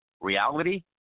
reality